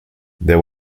there